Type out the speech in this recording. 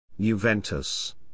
Juventus